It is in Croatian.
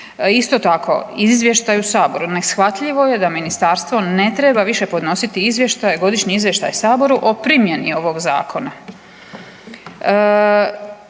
Isto tako u izvještaju Saboru neshvatljivo je da Ministarstvo ne treba više podnositi izvještaj, godišnji izvještaj Saboru o primjeni ovoga Zakona.